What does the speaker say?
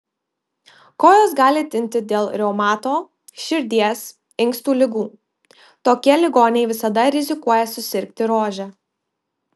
kojos gali tinti dėl reumato širdies inkstų ligų tokie ligoniai visada rizikuoja susirgti rože